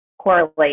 correlate